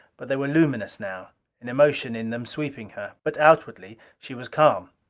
but they were luminous now an emotion in them sweeping her. but outwardly she was calm.